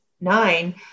nine